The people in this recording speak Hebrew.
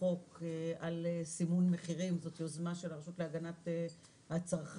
החוק על סימון מחירים זאת יוזמה של הרשות להגנת הצרכן,